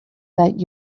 that